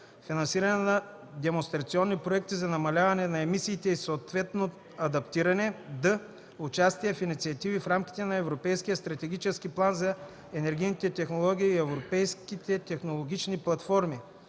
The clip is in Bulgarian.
финансиране на демонстрационни проекти за намаляване на емисиите и съответно адаптиране; д) участие в инициативи в рамките на Европейския стратегически план за енергийните технологии и Европейските технологични платформи;